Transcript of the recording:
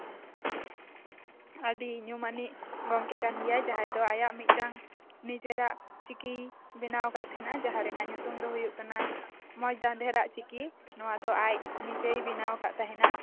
ᱟᱹᱰᱤ ᱧᱩᱢᱟᱱᱤᱡ ᱜᱚᱝᱠᱮ ᱠᱟᱱ ᱜᱮᱭᱟᱭ ᱡᱟᱦᱟᱸᱭ ᱫᱚ ᱟᱭᱟᱜ ᱢᱤᱫᱴᱟᱱ ᱱᱤᱡᱮᱨᱟᱜ ᱪᱤᱠᱤᱭ ᱵᱮᱱᱟᱣ ᱟᱠᱟᱫ ᱛᱟᱦᱮᱸᱱᱟ ᱡᱟᱦᱟᱸ ᱨᱮᱱᱟᱜ ᱧᱩᱛᱩᱢ ᱫᱚ ᱦᱩᱭᱩᱜ ᱠᱟᱱᱟ ᱢᱚᱸᱡᱽ ᱫᱷᱟᱸᱫᱮᱨᱟᱜ ᱪᱤᱠᱤ ᱱᱚᱣᱟ ᱫᱚ ᱟᱡ ᱱᱤᱡᱮᱭ ᱵᱮᱱᱟᱣ ᱟᱠᱟᱰ ᱛᱟᱦᱮᱸᱱᱟ